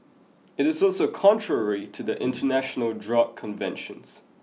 it is also contrary to the International Drug Conventions